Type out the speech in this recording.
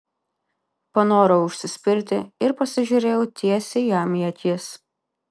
panorau užsispirti ir pasižiūrėjau tiesiai jam į akis